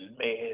man